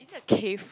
cave